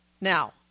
now